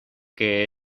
que